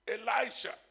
Elijah